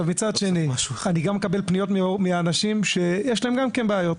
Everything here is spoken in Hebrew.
מצד שני אני מקבל פניות מאנשים שיש להם בעיות,